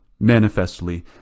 Manifestly